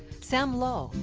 sam low,